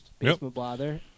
basementblather